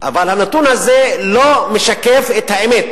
אבל הנתון הזה לא משקף את האמת,